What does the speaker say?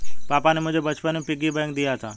पापा ने मुझे बचपन में पिग्गी बैंक दिया था